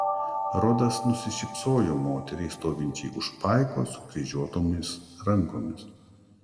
rodas nusišypsojo moteriai stovinčiai už paiko sukryžiuotomis rankomis